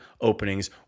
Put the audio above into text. openings